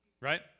Right